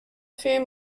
few